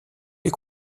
les